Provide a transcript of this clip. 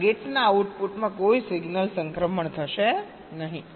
આ ગેટ્સના આઉટપુટમાં કોઈ સિગ્નલ સંક્રમણ થશે નહીં